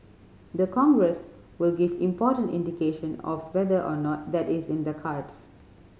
the Congress will give important indication of whether or not that is in the cards